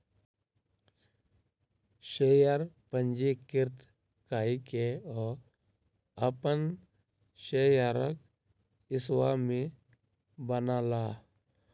share पंजीकृत कय के ओ अपन शेयरक स्वामी बनला